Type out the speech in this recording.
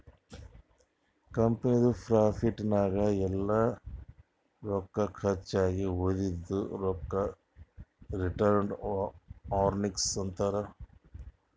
ಕಂಪನಿದು ಪ್ರಾಫಿಟ್ ನಾಗ್ ಎಲ್ಲಾ ರೊಕ್ಕಾ ಕರ್ಚ್ ಆಗಿ ಉಳದಿದು ರೊಕ್ಕಾಗ ರಿಟೈನ್ಡ್ ಅರ್ನಿಂಗ್ಸ್ ಅಂತಾರ